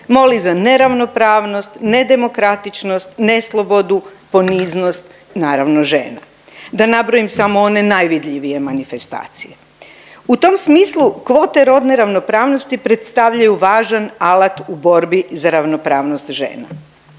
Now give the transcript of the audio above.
molili za neravnopravnost, nedemokratičnost, neslobodu, poniznost, naravno, žena. Da nabrojim samo one najvidljivije manifestacije. U tom smislu, kvote rodne ravnopravnosti predstavljaju važan alat u borbi za ravnopravnost žena,